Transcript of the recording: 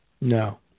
No